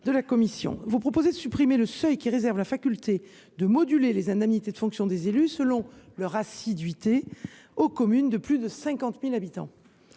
Vous proposez de supprimer le seuil qui réserve la faculté de moduler les indemnités de fonctions des élus selon leur assiduité dans les communes de plus de 50 000 habitants.